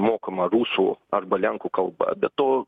mokoma rusų arba lenkų kalba be to